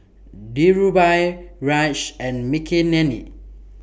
Dhirubhai Raj and Makineni